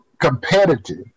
competitive